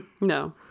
no